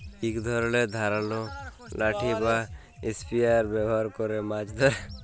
ইক ধরলের ধারালো লাঠি বা ইসপিয়ার ব্যাভার ক্যরে মাছ ধ্যরে